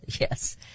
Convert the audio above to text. Yes